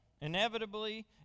Inevitably